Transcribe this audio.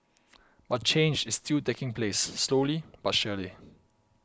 but change is still taking place slowly but surely